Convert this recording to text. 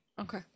okay